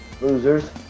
losers